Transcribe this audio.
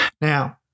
Now